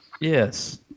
Yes